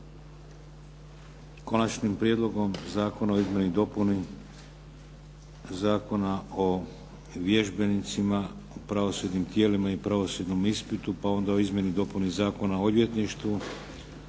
Konačnim prijedlogom zakona o Izmjeni i dopuni Zakona o vježbenicima u pravosudnim tijelima i pravosudnom ispitu, pa onda o Izmjeni i dopuni Zakona o odvjetništvu,